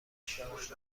شارژ